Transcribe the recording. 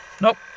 Nope